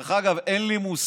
דרך אגב, אין לי מושג